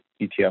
ETF